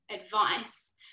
advice